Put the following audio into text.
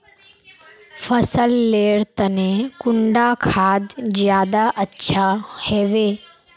फसल लेर तने कुंडा खाद ज्यादा अच्छा हेवै?